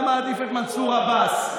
אתה מעדיף את מנסור עבאס.